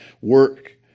work